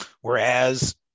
Whereas